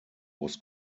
was